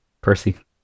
percy